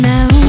Now